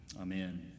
Amen